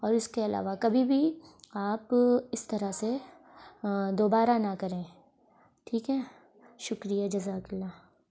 اور اس کے علاوہ کبھی بھی آپ اس طرح سے دوبارہ نہ کریں ٹھیک ہے شکریہ جزاک اللہ